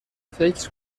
فکر